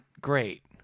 great